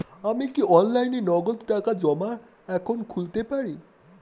আমি কি অনলাইনে নগদ টাকা জমা এখন খুলতে পারি?